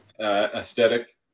aesthetic